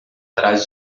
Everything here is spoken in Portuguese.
trás